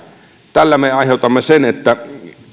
tällä me aiheutamme sen että